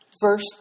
verse